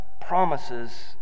promises